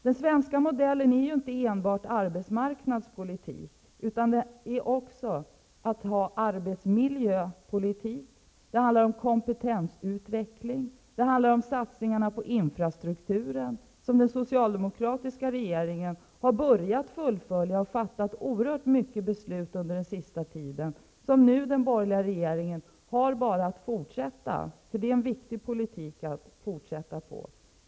Det svenska modellen är ju inte enbart arbetsmarknadspolitik, utan den innfattar också en arbetsmiljöpolitik. Det handlar om kompetensutveckling, det handlar om satsningarna på infrastrukturen, som den socialdemokratiska regeringen har börjat fullfölja och fattat många beslut om under den senaste tiden, och som nu den borgerliga regeringen bara har att fortsätta -- för det är en viktig politik att fortsätta.